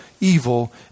evil